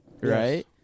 Right